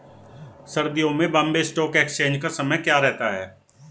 सर्दियों में Bombay stock exchange का समय क्या रहता है?